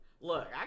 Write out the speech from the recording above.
look